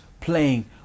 playing